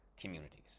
communities